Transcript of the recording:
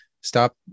stop